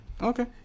Okay